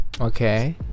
okay